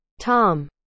Tom